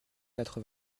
quatre